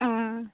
ᱚᱸᱻ